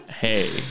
Hey